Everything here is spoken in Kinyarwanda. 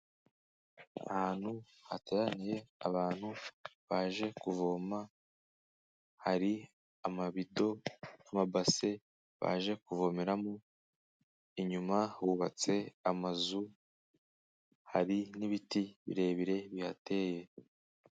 Ahantu hateraniye abantu baje kuvoma, hari amabido, amabase baje kuvomeramo, inyuma hubatse amazu, hari n'ibiti birebire bihateye.